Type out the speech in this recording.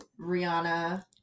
Rihanna